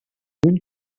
lluny